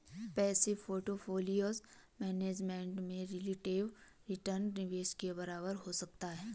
passive portfolio management में relative return निवेश के बराबर हो सकता है